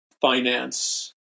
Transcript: finance